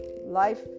life